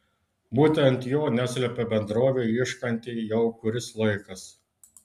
būtent jo neslepia bendrovė ieškanti jau kuris laikas